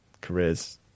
careers